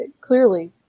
clearly